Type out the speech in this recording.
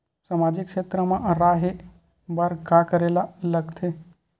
सामाजिक क्षेत्र मा रा हे बार का करे ला लग थे